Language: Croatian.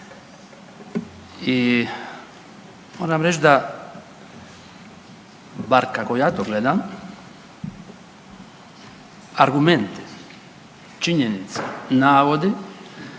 i moram reć da bar kako ja to gledam argumenti, činjenica, navodi